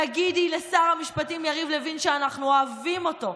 תגידי לשר המשפטים יריב לוין שאנחנו אוהבים אותו,